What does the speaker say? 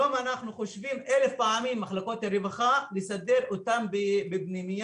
היום אנחנו חושבים אלף פעמים במחלקות הרווחה אם לסדר אותם בפנימייה,